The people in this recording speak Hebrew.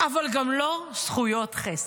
אבל גם לא זכויות חסר.